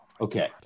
Okay